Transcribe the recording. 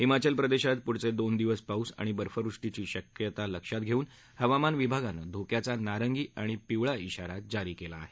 हिमाचल प्रदेशात पुढचे दोन दिवस पाऊस आणि बर्फवृष्टीची शक्यता लक्षात घेऊन हवामान विभागानं धोक्याचा नारंगी आणि पिवळा इशारा जारी केला आहे